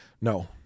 no